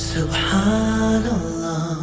Subhanallah